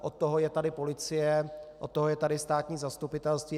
Od toho je tady policie, od toho je tady státní zastupitelství.